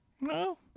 No